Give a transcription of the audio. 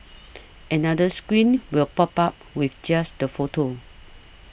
another screen will pop up with just the photo